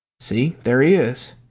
see, there he is!